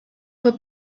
fue